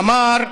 אמר: